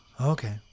Okay